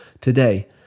today